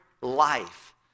life